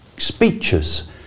speeches